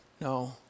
No